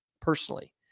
personally